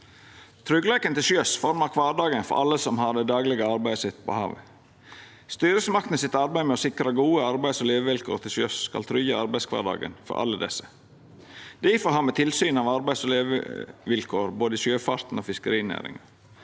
Tryggleiken til sjøs formar kvardagen for alle som har det daglege arbeidet sitt på havet. Styresmaktene sitt arbeid med å sikra gode arbeids- og levevilkår til sjøs skal tryggja arbeidskvardagen for alle desse. Difor har me tilsyn av arbeids- og levevilkår i både sjøfarten og fis kerinæringa.